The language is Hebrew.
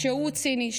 שהוא ציני,